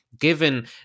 given